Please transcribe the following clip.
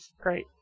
Great